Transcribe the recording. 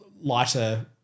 Lighter